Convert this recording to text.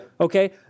Okay